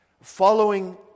following